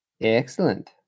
Excellent